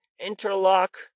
interlock